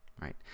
right